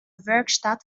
werkstatt